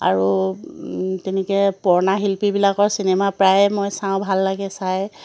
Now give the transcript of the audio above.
আৰু তেনেকৈ পুৰণা শিল্পীবিলাকৰ চিনেমা প্ৰায় মই চাওঁ ভাল লাগে চাই